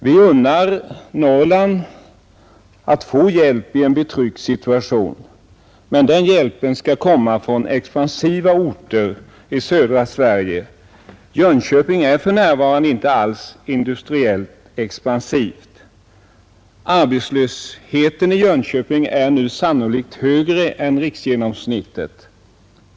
Vi unnar Norrland att få hjälp i en betryckt situation. Men den hjälpen skall komma från expansiva orter i södra Sverige. Jönköping är för närvarande inte alls industriellt expansivt. Arbetslösheten i Jönköping är nu sannolikt större än riksgenomsnittet.